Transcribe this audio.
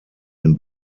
den